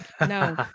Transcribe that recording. no